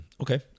Okay